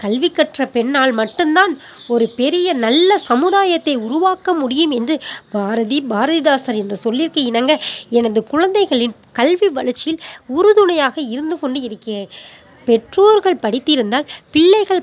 கல்விக்கற்ற பெண்ணால் மட்டும் தான் ஒரு பெரிய நல்ல சமுதாயத்தை உருவாக்க முடியும் என்று பாரதி பாரதிதாசன் என்ற சொல்லிற்கு இணங்க எனது குழந்தைகளின் கல்வி வளர்ச்சியில் உறுதுணையாக இருந்து கொண்டு இருக்கிறேன் பெற்றோர்கள் படித்திருந்தால் பிள்ளைகள்